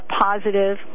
positive